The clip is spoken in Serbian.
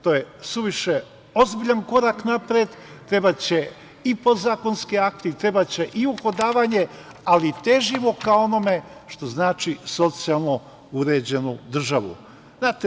To je suviše ozbiljan korak napred, trebaće i podzakonski akti, trebaće i uhodavanje, ali težimo ka onome što znači socijalno uređena država.